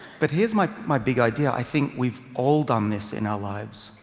but here's my my big idea i think we've all done this in our lives,